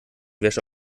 wäsche